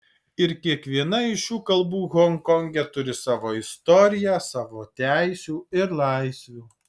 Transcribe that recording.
ir kiekviena iš šių kalbų honkonge turi savo istoriją savo teisių ir laisvių